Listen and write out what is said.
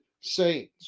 sayings